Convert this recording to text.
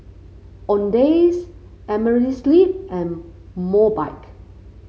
Owndays Amerisleep and Mobike